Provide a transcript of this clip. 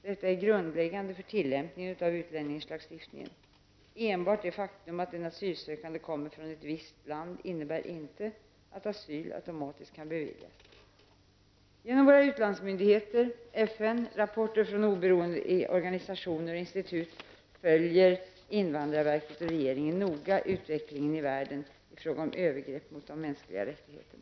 Detta är grundläggande för tillämpningen av utlänningslagstiftningen. Enbart det faktum att den asylsökande kommer från ett visst land innebär inte att asyl automatiskt kan beviljas. Genom våra utlandsmyndigheter, FN, rapporter från oberoende organisationer och institut följer invandrarverket och regeringen noga utvecklingen i världen i fråga om övergrepp mot de mänskliga rättigheterna.